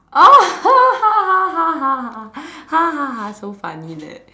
oh so funny leh